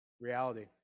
reality